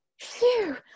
phew